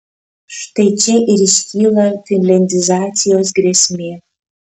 štai čia ir iškyla finliandizacijos grėsmė